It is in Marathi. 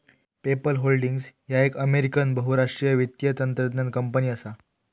पेपल होल्डिंग्स ह्या एक अमेरिकन बहुराष्ट्रीय वित्तीय तंत्रज्ञान कंपनी असा